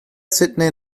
sydney